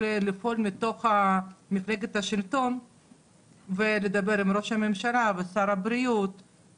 אלא לפעול מתוך מפלגת השלטון ולדבר עם ראש הממשלה ושר הבריאות,